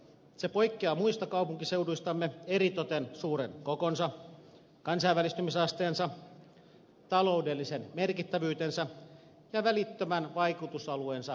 se poikkeaa muista kaupunkiseuduistamme eritoten suuren kokonsa kansainvälistymisasteensa taloudellisen merkittävyytensä ja välittömän vaikutusalueensa laajuuden kautta